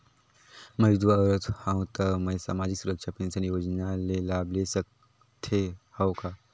मैं विधवा औरत हवं त मै समाजिक सुरक्षा पेंशन योजना ले लाभ ले सकथे हव का?